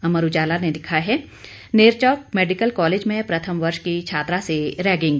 अमर उजाला ने लिखा है नेरचौक मेडिकल कॉलज में प्रथम वर्ष की छात्रा से रैगिंग